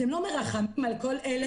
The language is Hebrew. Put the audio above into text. אתם לא מרחמים על כל אלה